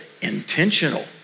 intentional